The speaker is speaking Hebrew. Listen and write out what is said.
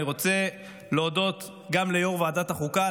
אני רוצה להודות ליו"ר ועדת החוקה,